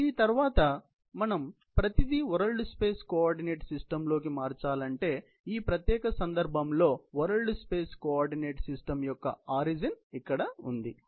దీని తర్వాత మనం ప్రతిదీ వరల్డ్ స్పేస్ కోఆర్డినేట్ సిస్టం లోకి మార్చాలంటే ఈ ప్రత్యేక సందర్భంలో వరల్డ్ స్పేస్ కోఆర్డినేట్ సిస్టం యొక్క ఆరిజిన్ ఇక్కడ ఉంది